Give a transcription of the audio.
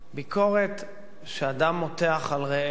ביקורת שאדם מותח על רעהו,